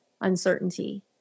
uncertainty